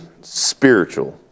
spiritual